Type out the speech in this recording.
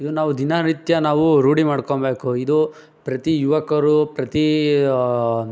ಇದು ನಾವು ದಿನನಿತ್ಯ ನಾವು ರೂಢಿ ಮಾಡ್ಕೊಬೇಕು ಇದು ಪ್ರತಿ ಯುವಕರು ಪ್ರತಿ